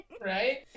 Right